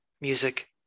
music